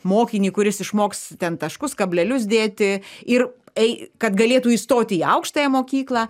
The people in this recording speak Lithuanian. mokinį kuris išmoks ten taškus kablelius dėti ir ei kad galėtų įstoti į aukštąją mokyklą